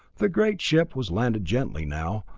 the great ship was landing gently now,